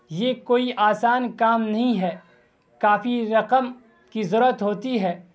یہ کوئی آسان کام نہیں ہے کافی رقم کی ضرورت ہوتی ہے